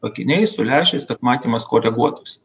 akiniai su lęšiais kad matymas koreguotųsi